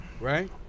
Right